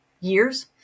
years